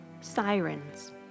sirens